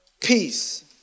Peace